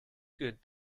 good